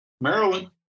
Maryland